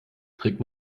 trägt